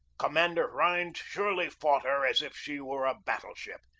commander rhind surely fought her as if she were a battle-ship.